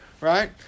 right